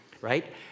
right